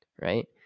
right